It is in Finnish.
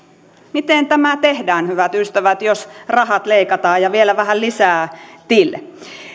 miten tämä tehdään hyvät ystävät jos rahat leikataan ja vielä vähän lisää till